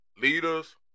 leaders